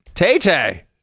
Tay-Tay